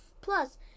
Plus